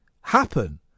happen